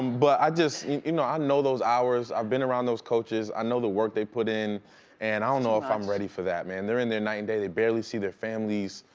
but i just, you know, i know those hours. i've been around those coaches, i know the work they put in and i don't know if i'm ready for that, man. they're in there nine-day, they barely see their families,